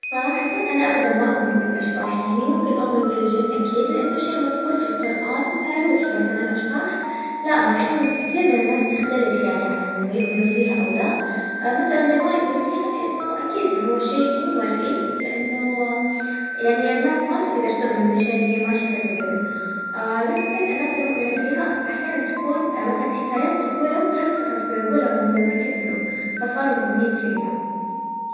صراحةً أنا أبداً ما أؤمن بالأشباح يعني ممكن أؤمن بالجن أكيد لأنه شي مذكور في القرآن ومعروف لكن الأشباح لا، مع إنه كثير من الناس تختلف يعني علىإنه يؤمنوا فيها أو لا مثلاً اللي ما يؤمنوا فيها لأنه أكيد هو شيء مو مرئي، لأنه يعني الناس ما تقدر تؤمن بشي هي ما شافته قبل، لكن الناس المؤمنة فيها أحياناً تكون مثلاً حكايات طفولة وترسخت في عقولهم لما كبروا، فصاروا مؤمنين فيها.